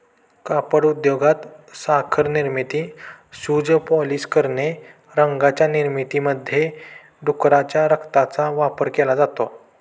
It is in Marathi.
कापड उद्योगात, साखर निर्मिती, शूज पॉलिश करणे, रंगांच्या निर्मितीमध्ये डुकराच्या रक्ताचा वापर केला जातो